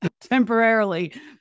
temporarily